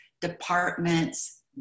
departments